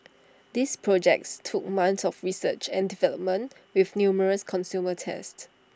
these projects took months of research and development with numerous consumer tests